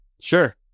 Sure